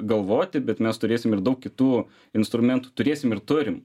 galvoti bet mes turėsim ir daug kitų instrumentų turėsim ir turim